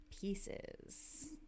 pieces